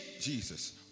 Jesus